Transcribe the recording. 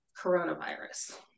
coronavirus